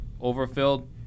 overfilled